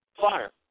fire